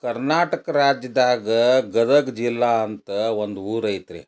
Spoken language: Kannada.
ಕರ್ನಾಟಕ ರಾಜ್ಯದಾಗ ಗದಗ ಜಿಲ್ಲೆ ಅಂತ ಒಂದು ಊರು ಐತ್ರಿ